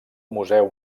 museu